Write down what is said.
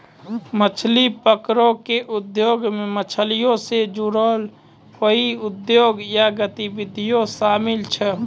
मछली पकरै के उद्योगो मे मछलीयो से जुड़लो कोइयो उद्योग या गतिविधि शामिल छै